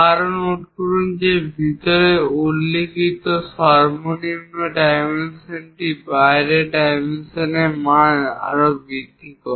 আরও নোট করুন যে ভিতরে উল্লিখিত সর্বনিম্ন ডাইমেনশনটি বাইরের ডাইমেনশনের মান আরও বৃদ্ধি করে